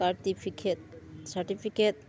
certificate